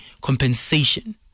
compensation